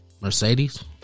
Mercedes